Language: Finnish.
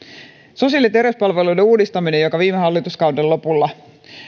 sosiaali ja terveyspalveluiden uudistaminen joka viime hallituskauden lopulla